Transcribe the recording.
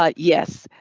like yes,